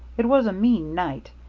it was a mean night.